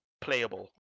playable